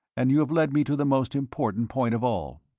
and you have led me to the most important point of all.